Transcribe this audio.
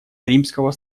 римского